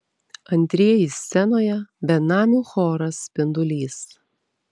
antrieji scenoje benamių choras spindulys